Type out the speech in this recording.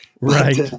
Right